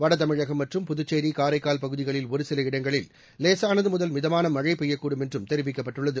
வடதமிழகம் மற்றும் புதுச்சேரி காரைக்கால் பகுதிகளில் ஒருசில இடங்களில் லேசானது முதல் மிதமான மழை பெய்யக்கூடும் என்றும் தெரிவிக்கப்பட்டுள்ளது